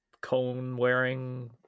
cone-wearing